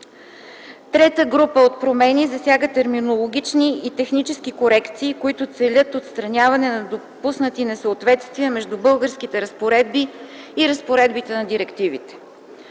Трета група от промени засяга терминологични и технически корекции, които целят отстраняване на допуснати несъответствия между българските разпоредби и разпоредбите на директивите.